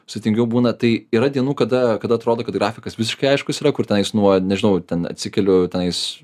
sudėtingiau būna tai yra dienų kada kada atrodo kad grafikas visiškai aiškus yra kur tenais nuo nežinau ten atsikeliu tenais